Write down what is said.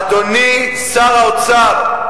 אדוני שר האוצר.